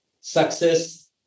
Success